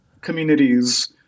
communities